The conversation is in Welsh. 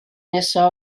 nesa